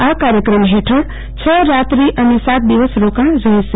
આ કાર્યક્રમ હેઠળ છ રાત્રિ અને સાત દિવસ રોકાણ રહેશે